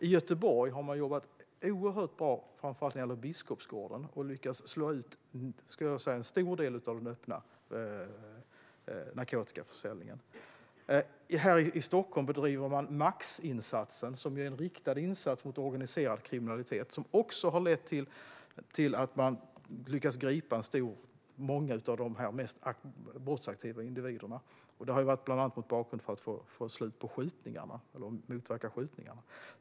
I Göteborg har man jobbat oerhört bra, framför allt när det gäller Biskopsgården, och lyckats slå ut en stor del av den öppna narkotikaförsäljningen. Här i Stockholm bedriver man Maxinsatsen, som är en riktad insats mot organiserad kriminalitet. Detta har lett till att man har lyckats gripa många av de mest brottsaktiva individerna. Det har skett bland annat mot bakgrund av att man vill motverka och få slut på skjutningarna.